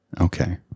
okay